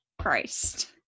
Christ